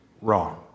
wrong